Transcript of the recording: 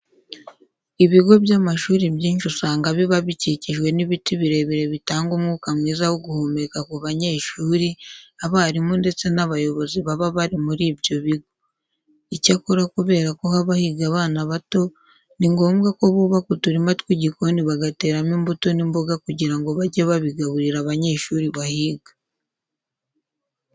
Ibigo by'amashuri byinshi usanga biba bikikijwe n'ibiti birebire bitanga umwuka mwiza wo guhumeka ku banyeshuri, abarimu ndetse n'abayobozi baba bari muri ibyo bigo. Icyakora kubera ko haba higa abana bato ni ngombwa ko bubaka uturima tw'igikoni bagateramo imbuto n'imboga kugira ngo bajye babigaburira abanyeshuri bahiga.